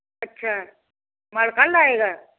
ਅੱਛਾ ਮਾਲ ਕੱਲ੍ਹ ਆਏਗਾ